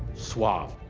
suave.